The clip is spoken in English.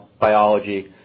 biology